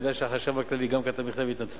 אני יודע שהחשב הכללי גם כתב מכתב התנצלות.